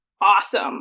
awesome